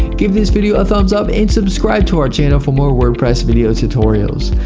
give this video a thumbs up and subscribe to our channel for more wordpress video tutorials.